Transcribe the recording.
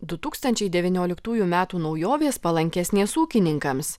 du tūkstančiai devynioliktųjų metų naujovės palankesnės ūkininkams